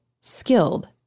skilled